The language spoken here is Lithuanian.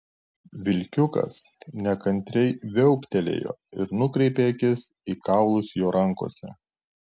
vilkiukas nekantriai viauktelėjo ir nukreipė akis į kaulus jo rankose